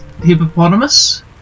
hippopotamus